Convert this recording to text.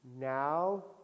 now